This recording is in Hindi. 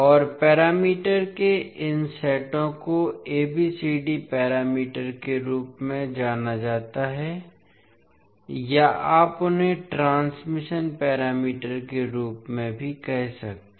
और पैरामीटर के इन सेटों को ABCD पैरामीटर के रूप में जाना जाता है या आप उन्हें ट्रांसमिशन पैरामीटर के रूप में भी कह सकते हैं